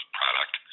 product